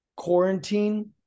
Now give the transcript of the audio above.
Quarantine